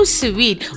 sweet